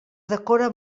decora